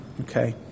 Okay